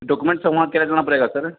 document सब वहाँ क्या देना पड़ेगा सर